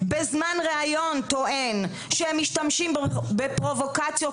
בזמן ראיון טוען שמשתמשים בפרובוקציות